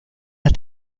hat